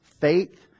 faith